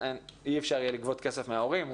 אי אפשר יהיה לגבות כסף מההורים,